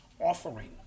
offering